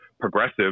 progressive